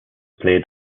played